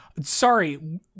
Sorry